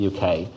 UK